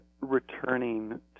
returning